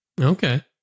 Okay